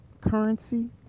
currency